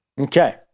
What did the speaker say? Okay